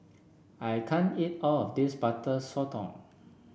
I can't eat all of this Butter Sotong